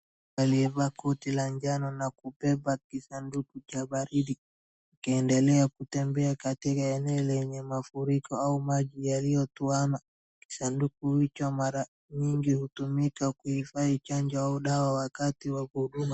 Aliyevaa koti la njano na kubeba kisanduku cha baridi akiendelea kutembea katika eneo lenye mafuriko au maji yaliotuama. Sanduku hicho mara mingi hutumika kuhifadhi chanjo au dawa wakati wa huduma.